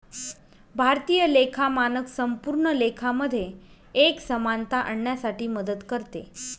भारतीय लेखा मानक संपूर्ण लेखा मध्ये एक समानता आणण्यासाठी मदत करते